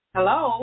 Hello